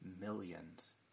millions